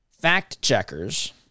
fact-checkers